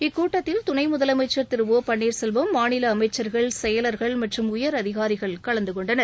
இக்கூட்டத்தில் துணை முதலமைச்சர் திரு ஓ பள்ளீர்செல்வம் மாநில அமைச்சர்கள் செயலர்கள் மற்றும் உயர் அதிகாரிகள் கலந்துகொண்டனர்